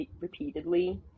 repeatedly